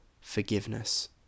forgiveness